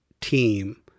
team